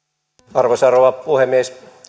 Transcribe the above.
arvoisa rouva puhemies